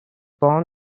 born